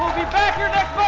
be back here next